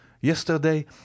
yesterday